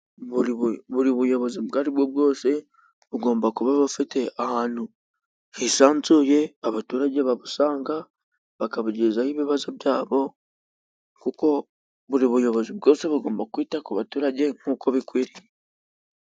Buri buyobozi ubwaribwo bwose, bugomba kuba bufite ahantu hisanzuye, abaturage babusanga bakabagezaho ibibazo byabo, kuko buri buyobozi bwose bugomba kwita ku baturage nk'uko bikwiye.